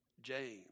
James